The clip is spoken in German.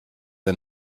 ein